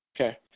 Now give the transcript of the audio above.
Okay